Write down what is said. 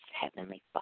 Heavenly